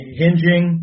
hinging